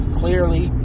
clearly